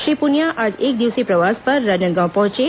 श्री पुनिया आज एकदिवसीय प्रवास पर राजनांदगांव पहुंचे